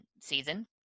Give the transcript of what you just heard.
season